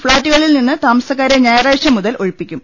ഫ്ളാറ്റുകളിൽ നിന്ന് താമസക്കാരെ ഞായറാഴ്ച മുതൽ ഒഴിപ്പിക്കും